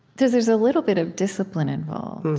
there's there's a little bit of discipline involved.